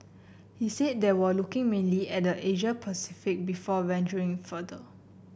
he said they were looking mainly at the Asia Pacific before venturing further